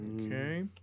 Okay